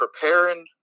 preparing